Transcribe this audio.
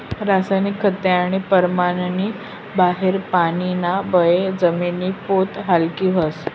रासायनिक खते आणि परमाननी बाहेर पानीना बये जमिनी पोत हालकी व्हस